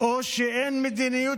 או שאין מדיניות